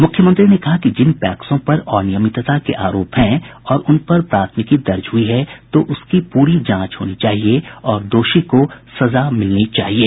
मुख्यमंत्री ने कहा कि जिन पैक्सों पर अनियमितता के आरोप हैं और उन पर प्राथमिकी दर्ज हुयी है तो उसकी पूरी जांच होनी चाहिये और दोषी को सजा मिलनी चाहिये